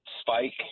spike